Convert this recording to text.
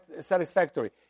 satisfactory